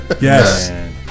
Yes